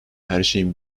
herşeyin